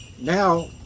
now